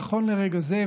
נכון לרגע זה,